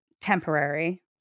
temporary